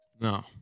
No